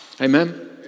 Amen